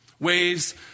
Ways